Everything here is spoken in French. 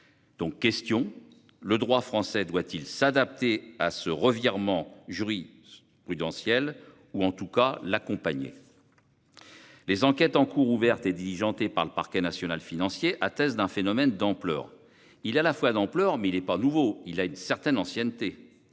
Question : le droit français doit-il s'adapter à ce revirement jurisprudentiel ou, en tout cas, l'accompagner ? Les enquêtes en cours ouvertes et diligentées par le parquet national financier attestent d'un phénomène d'ampleur, qui n'est pas nouveau- il a même une certaine ancienneté.